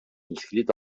inscrit